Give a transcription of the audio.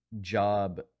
job